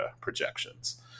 projections